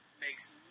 makes